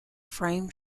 frame